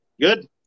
Good